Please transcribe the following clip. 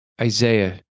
Isaiah